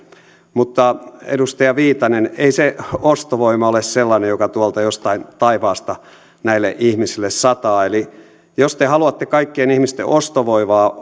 mutta edustaja viitanen ei se ostovoima ole sellainen joka tuolta jostain taivaasta näille ihmisille sataa eli jos te haluatte kaikkien ihmisten ostovoimaa